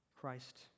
Christ